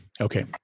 Okay